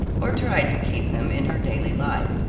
or tried to keep them in her daily life.